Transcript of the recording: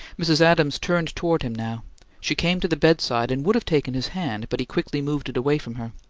mrs. adams turned toward him now she came to the bedside and would have taken his hand, but he quickly moved it away from her.